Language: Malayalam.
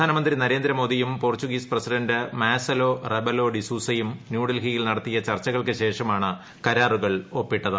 പ്രധാനമന്ത്രി നരേന്ദ്രമോദിയും പോർച്ചുഗീസ് പ്രസിഡന്റ് മാസലോ റെബലോ ഡിസൂസയും ന്യൂഡൽഹിയിൽ നടത്തിയ ചർച്ചുകൾക്ക് ശേഷമാണ് കരാറുകൾ ഒപ്പിട്ടത്